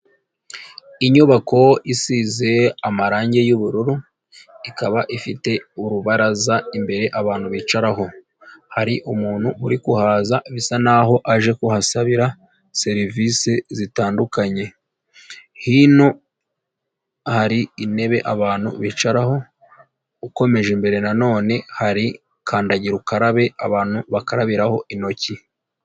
Inyubako isize amarangi y'ubururu, ikaba ifite urubaraza imbere abantu bicaraho, hari umuntu urihaza bisa n'aho aje kuhasabira serivisi zitandukanye, hino hari intebe abantu bicaraho, ukomeje imbere nanone hari kandagira ukarabe abantu bakarabiraho intoki.